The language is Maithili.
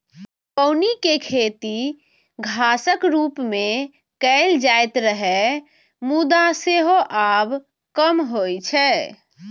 कौनी के खेती घासक रूप मे कैल जाइत रहै, मुदा सेहो आब कम होइ छै